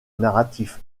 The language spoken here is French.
narratif